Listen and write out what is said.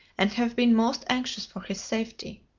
and have been most anxious for his safety.